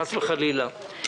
חס וחלילה.